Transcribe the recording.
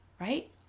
right